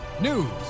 news